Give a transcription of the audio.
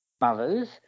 mothers